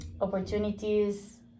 opportunities